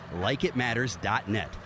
LikeItMatters.net